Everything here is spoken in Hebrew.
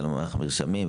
על מערך המרשמים,